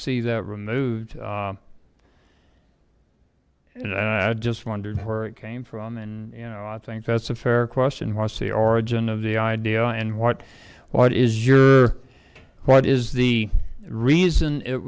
see that renewed i just wondered where it came from and you know i think that's a fair question what's the origin of the idea and what what is your what is the reason it